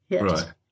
Right